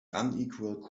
unequal